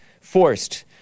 forced